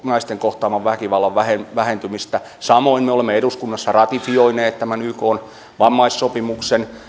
naisten kohtaaman väkivallan vähentymistä samoin me olemme eduskunnassa ratifioineet tämän ykn vammaissopimuksen